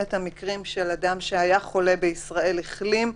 את המקרים של אדם שהיה חולה בישראל והחלים,